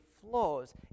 flows